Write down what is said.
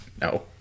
No